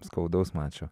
skaudaus mačo